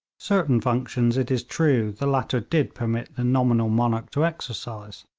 certain functions, it is true, the latter did permit the nominal monarch to exercise.